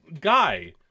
guy